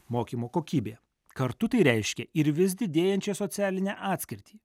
mokymo kokybė kartu tai reiškia ir vis didėjančią socialinę atskirtį